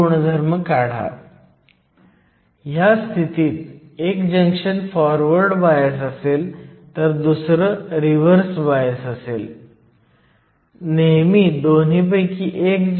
तर समस्या 1 2 3 मध्ये आपण इक्विलिब्रियम मध्ये pn जंक्शन पाहिला ज्यामुळे एक्स्टर्नल पोटेन्शियल लागू होते आणि त्यातून कोणताही करंट वाहत नव्हता